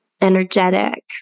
energetic